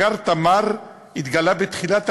מאגר "תמר" התגלה בתחילת 2009,